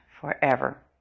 forever